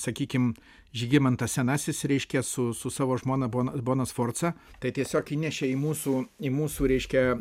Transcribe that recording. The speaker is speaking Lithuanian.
sakykim žygimantas senasis reiškia su su savo žmona bona bona sforza tai tiesiog įnešė į mūsų į mūsų reiškia